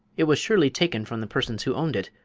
it was surely taken from the persons who owned it,